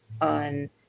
on